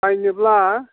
बायनोब्ला